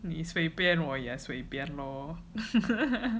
你随便我也随便咯